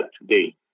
today